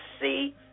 see